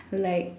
like